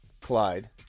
Clyde